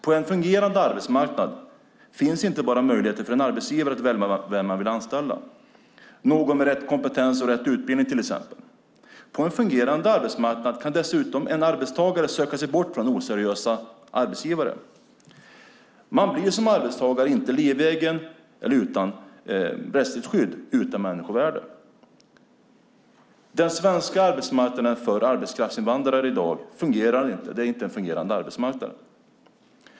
På en fungerande arbetsmarknad finns inte bara möjlighet för en arbetsgivare att välja vem man vill anställa - någon med rätt kompetens och rätt utbildning till exempel. På en fungerande arbetsmarknad kan dessutom en arbetstagare söka sig bort från en oseriös arbetsgivare. Som arbetstagare blir man inte livegen eller utan rättsligt skydd utan människovärde. Den svenska arbetsmarknaden för arbetskraftsinvandrare är i dag inte någon fungerande arbetsmarknad.